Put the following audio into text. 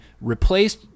replaced